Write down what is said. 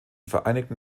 vereinigten